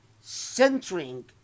Centering